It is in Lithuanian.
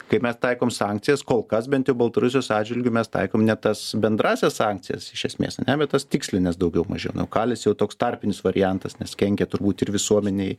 kai mes taikom sankcijas kol kas bent jau baltarusijos atžvilgiu mes taikom ne tas bendrąsias sankcijas iš esmės ane bet tas tikslines daugiau mažiau nu kalis jau toks tarpinis variantas nes kenkia turbūt ir visuomenei